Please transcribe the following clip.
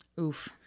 Oof